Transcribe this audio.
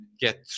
get